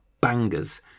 bangers